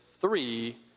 three